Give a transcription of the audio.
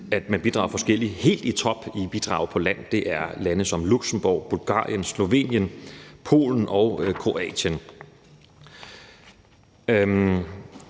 at man bidrager forskelligt. Helt i top i forhold til bidrag på land er lande som Luxembourg, Bulgarien, Slovenien, Polen og Kroatien.